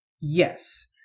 yes